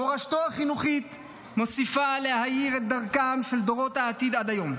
מורשתו החינוכית מוסיפה להאיר את דרכם של דורות העתיד עד היום.